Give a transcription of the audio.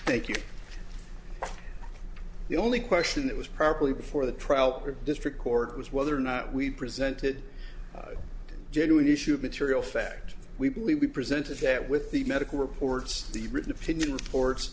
the only question that was properly before the trial district court was whether or not we presented a genuine issue of material fact we believe we presented that with the medical reports the written opinion orts